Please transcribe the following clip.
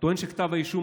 טוען שכתב האישום,